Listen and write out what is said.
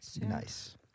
nice